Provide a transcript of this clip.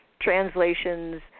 translations